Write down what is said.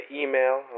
email